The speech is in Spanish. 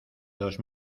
dos